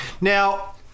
now